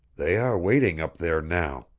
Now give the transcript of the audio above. they are waiting up there now.